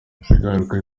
ingaruka